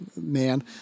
man